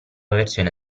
versione